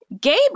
Gabe